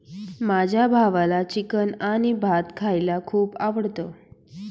माझ्या भावाला चिकन आणि भात खायला खूप आवडतं